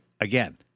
again